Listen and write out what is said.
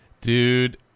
dude